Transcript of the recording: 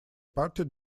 party